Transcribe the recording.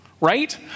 right